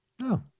No